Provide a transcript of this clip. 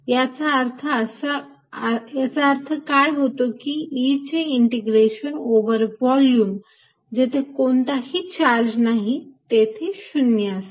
याचा अर्थ काय होतो की E चे इंटिग्रेशन ओव्हर व्हॉल्युम जेथे कोणताही चार्ज नाही तेथे 0 असते